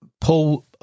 Paul